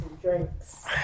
drinks